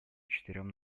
четырем